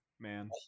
man